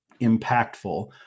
impactful